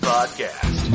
Podcast